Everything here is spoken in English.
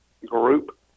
Group